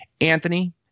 Anthony